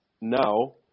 now